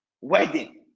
wedding